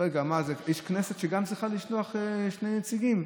רגע, יש כנסת שגם צריכה לשלוח שני נציגים?